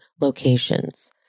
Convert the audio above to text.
locations